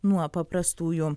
nuo paprastųjų